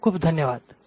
खूप खूप धन्यवाद